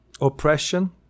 oppression